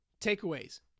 takeaways